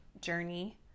journey